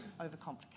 overcomplicate